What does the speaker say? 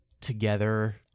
together